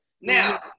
Now